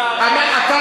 מה זה,